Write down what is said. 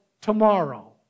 tomorrow